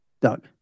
Doug